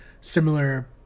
similar